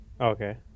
okay